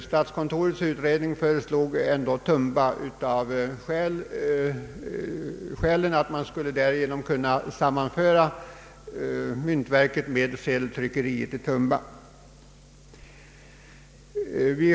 Statskontoret föreslog ändå Tumba av det skälet att man då skulle få samma förläggningsort för myntverket och sedeltryckeriet i Tumba.